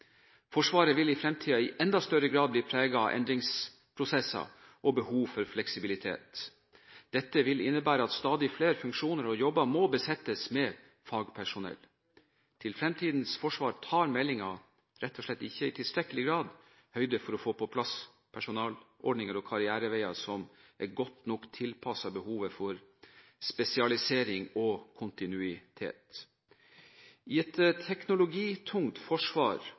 Forsvaret vil i fremtiden i enda større grad bli preget av endringsprosesser og behov for fleksibilitet. Dette vil innebære at stadig flere funksjoner og jobber må besettes med fagpersonell. For fremtidens forsvar tar meldingen rett og slett ikke i tilstrekkelig grad høyde for å få på plass personalordninger og karriereveier som er godt nok tilpasset behovet for spesialisering og kontinuitet. I et teknologitungt forsvar